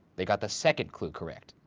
they got the second clue correct.